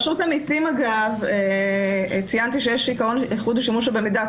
רשות המסים ציינתי שיש עיקרון ייחוד שימוש המידע במידע.